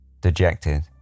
Dejected